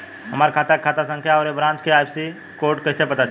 हमार खाता के खाता संख्या आउर ए ब्रांच के आई.एफ.एस.सी कोड कैसे पता चली?